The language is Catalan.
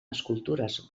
escultures